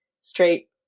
straight